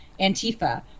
Antifa